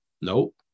Nope